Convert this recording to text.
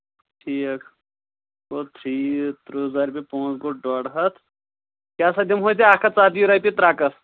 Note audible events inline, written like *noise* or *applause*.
ٹھیٖک *unintelligible* ٹھیٖک تٕرٛہ ذَربہِ پانٛژھ گوٚو ڈوٚڈ ہَتھ یہِ ہسا دِمہوے ژےٚ اَکھ ہَتھ ژَتجی رۄپیہِ ترٛکَس